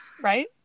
right